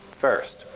First